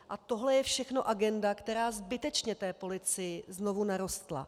A tohle je všechno agenda, která zbytečně té policii znovu narostla.